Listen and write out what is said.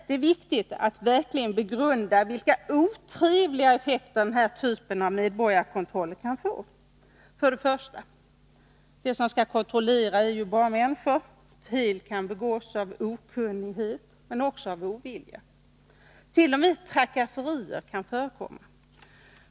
Det är viktigt att verkligen begrunda vilka otrevliga effekter den här typen av medborgarkontroller kan få. För det första: De som skall kontrollera är bara människor. Fel kan begås av okunnighet men också av ovilja. T. o. m. trakasserier kan förekomma.